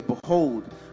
behold